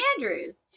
Andrews